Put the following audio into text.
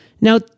Now